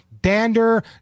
dander